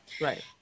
Right